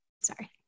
Sorry